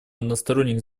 односторонних